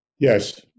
Yes